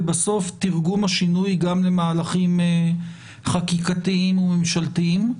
ובסוף תרגום השינוי גם למהלכים חקיקתיים וממשלתיים.